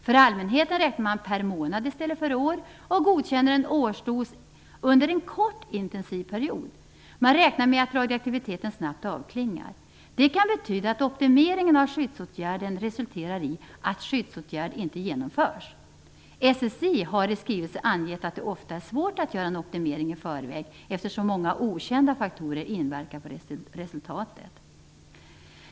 För allmänheten räknar man per månad i stället för per år, och man godkänner en årsdos under en kort intensiv period. Man räknar med att radioaktiviteten snabbt avklingar. Det kan betyda att optimeringen av skyddsåtgärden resulterar i att skyddsåtgärd inte vidtas. SSI har i en skrivelse angett att det ofta är svårt att göra en optimering i förväg, eftersom många okända faktorer inverkar på resultatet.